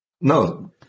No